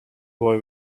boy